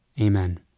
Amen